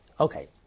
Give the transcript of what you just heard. Okay